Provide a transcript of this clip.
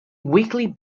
weekly